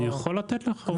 אני יכול לתת לך אותו.